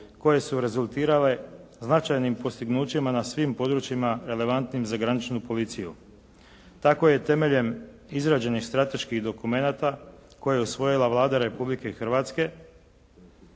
koje su rezultirale značajnim postignućima na svim područjima relevantnim za graničnu policiju. Tako je temeljem izrađenih strateških dokumenata koje je usvojila Vlada Republike Hrvatske